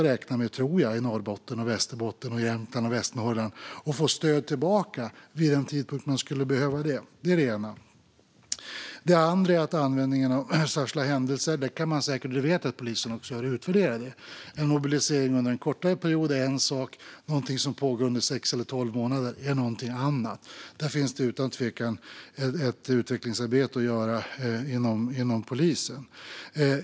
Man har väl, tror jag, också i Norrbotten, Västerbotten, Jämtland och Västernorrland räknat med att få stöd tillbaka när man behöver det. Det är det ena. Det andra gäller användningen av särskilda händelser. Det vet vi att polisen också har utvärderat. En mobilisering under en kortare period är en sak, men något som pågår under sex eller tolv månader är något annat. Där finns det utan tvekan ett utvecklingsarbete att göra inom polisen.